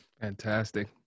Fantastic